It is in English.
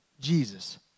Jesus